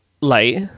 light